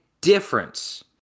difference